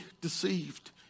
deceived